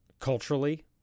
culturally